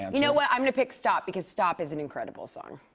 you know what? i'm going to pick stop because stop is an incredible song.